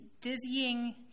dizzying